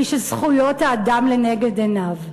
מי שזכויות האדם לנגד עיניו: